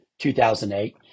2008